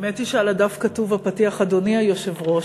האמת היא שעל הדף כתוב בפתיח אדוני היושב-ראש,